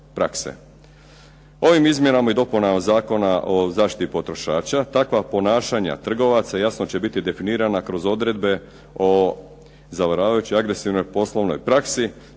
Ovim izmjenama i dopunama Zakona o zaštiti potrošača takva ponašanja trgovaca jasno će biti definirana kroz odredbe o zavaravajućoj agresivnoj poslovnoj praksi